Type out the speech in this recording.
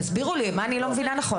תסבירו לי מה אני לא מבינה נכון.